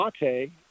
Mate